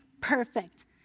perfect